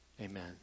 Amen